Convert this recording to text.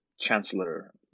Chancellor